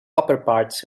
upperparts